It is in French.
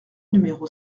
numéro